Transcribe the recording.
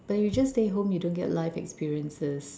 but you just stay home you don't get life experiences